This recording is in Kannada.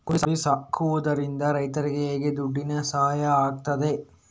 ಕುರಿ ಸಾಕುವುದರಿಂದ ರೈತರಿಗೆ ಹೇಗೆ ದುಡ್ಡಿನ ಸಹಾಯ ಆಗ್ತದೆ?